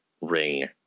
ring